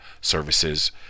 services